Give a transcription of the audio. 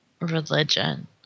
religion